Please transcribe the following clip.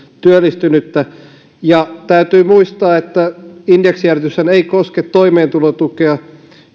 työllistynyttä täytyy muistaa että indeksijäädytyshän ei koske toimeentulotukea